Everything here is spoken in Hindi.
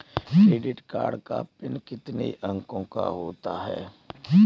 क्रेडिट कार्ड का पिन कितने अंकों का होता है?